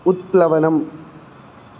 उत्प्लवनम्